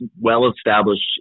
well-established